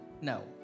No